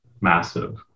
massive